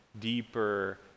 deeper